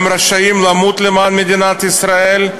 הם רשאים למות למען מדינת ישראל,